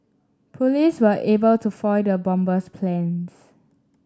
police were able to foil the bomber's plans